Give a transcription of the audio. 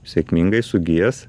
sėkmingai sugijęs